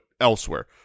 elsewhere